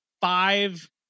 five